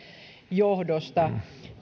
johdosta